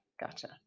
Gotcha